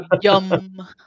yum